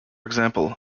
example